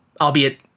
albeit